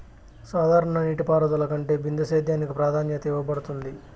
సాధారణ నీటిపారుదల కంటే బిందు సేద్యానికి ప్రాధాన్యత ఇవ్వబడుతుంది